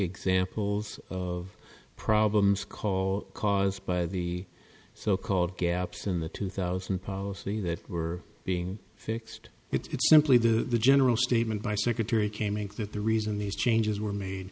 examples of problems call caused by the so called gaps in the two thousand policy that were being fixed it's simply the general statement by secretary came inc that the reason these changes were